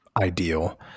ideal